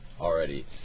already